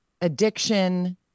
addiction